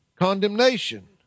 condemnation